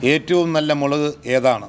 ഏറ്റവും നല്ല മുളക് ഏതാണ്